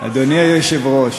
אדוני היושב-ראש,